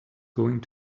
going